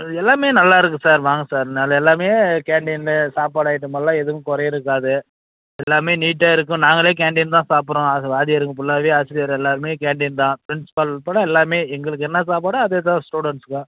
எல்லாமே நல்லா இருக்குது சார் வாங்க சார் நல் எல்லாமே கேன்டீனில் சாப்பாடு ஐட்டம் எல்லாம் எதுவும் குறை இருக்காது எல்லாமே நீட்டாக இருக்கும் நாங்களே கேன்டீன் தான் சாப்பிட்றோம் ஆசி வாத்தியாருங்க ஃபுல்லாகவே ஆசிரியர் எல்லாேருமே கேன்டீன் தான் ப்ரின்ஸ்பால் கூட எல்லாருமே எங்களுக்கு என்ன சாப்பாடோ அதேதான் ஸ்டூடெண்ட்ஸ்ஸுக்கும்